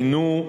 מינו,